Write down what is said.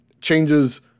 changes